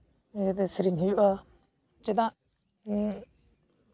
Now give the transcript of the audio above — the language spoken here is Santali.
ᱤᱭᱟᱹᱛᱮ ᱥᱮᱨᱮᱧ ᱦᱩᱭᱩᱜᱼᱟ ᱪᱮᱫᱟᱜ